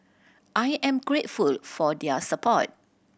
I am grateful for their support